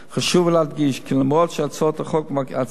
חשוב להדגיש כי גם אם הצעת החוק מבקשת